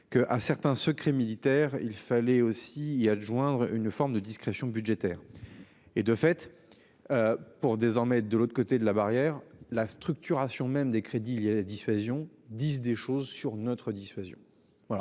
un certain secret militaire, il fallait aussi y adjoindre une forme de discrétion budgétaire. Et de fait. Pour désormais de l'autre côté de la barrière, la structuration même des crédits. Il y a la dissuasion disent des choses sur notre dissuasion. Voilà